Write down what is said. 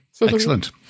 excellent